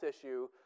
issue